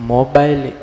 Mobile